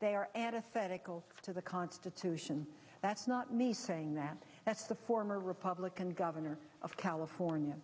they are and if it goes to the constitution that's not me saying that that's the former republican governor of california